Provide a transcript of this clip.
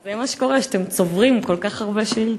זה מה שקורה כשאתם צוברים כל כך הרבה שאילתות.